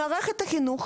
במערכת החינוך